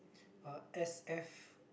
uh S_F~